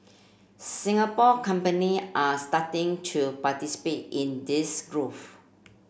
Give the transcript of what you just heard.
Singapore company are starting to participate in this growth